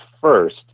first